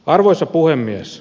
arvoisa puhemies